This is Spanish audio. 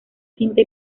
cinta